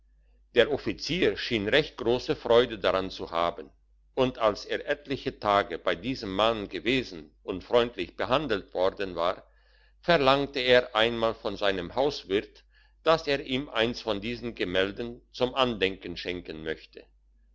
der offizier schien recht grosse freude daran zu haben und als er etliche tage bei diesem mann gewesen und freundlich behandelt worden war verlangte er einmal von seinem hauswirt dass er ihm eins von diesen gemälden zum andenken schenken möchte